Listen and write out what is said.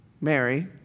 Mary